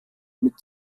mit